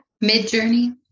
Mid-journey